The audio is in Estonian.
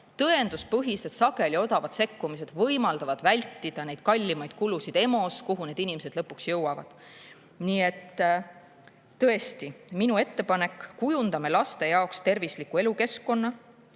Tõenduspõhised, sageli odavad sekkumised võimaldavad vältida neid suuremaid kulusid EMO‑s, kuhu need inimesed lõpuks jõuavad. Minu ettepanek on: kujundame laste jaoks tervisliku elukeskkonna;